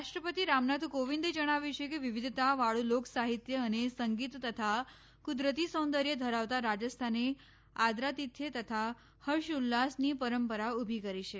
રાષ્ટ્રપતિ રામનાથ કોવિંદે જણાવ્યું છે કે વિવિધતા વાળુ લોકસાહિત્ય અને સંગીત તથા કુદરતી સૌંદર્ય ધરાવતા રાજસ્થાને આદરાતીથ્ય તથા હર્ષઉલ્લાસની પરંપરા ઉભી કરી છે